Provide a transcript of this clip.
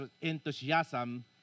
enthusiasm